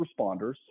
responders